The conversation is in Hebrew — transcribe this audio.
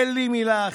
אין לי מילה אחרת.